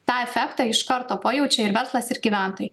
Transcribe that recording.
tą efektą iš karto pajaučia ir verslas ir gyventojai